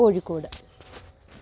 Kozhikode